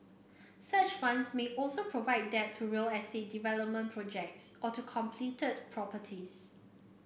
such funds may also provide debt to real estate development projects or to completed properties